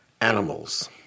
animals